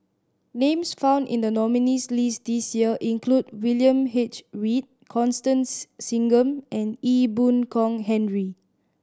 names found in the nominees' list this year include William H Read Constance Singam and Ee Boon Kong Henry